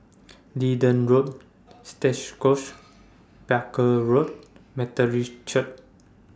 Leedon Road Stangee Close Barker Road Methodist Church